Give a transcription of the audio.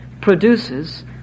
produces